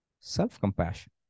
self-compassion